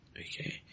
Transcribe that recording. okay